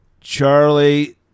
Charlie